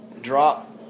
drop